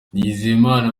nizeyimana